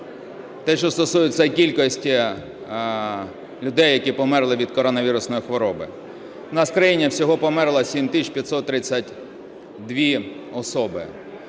Те, що стосується кількості людей, які померли від коронавірусної хвороби. У нас в країні всього померло 7 тисяч 532 особи,